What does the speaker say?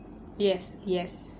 yes yes